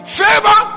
favor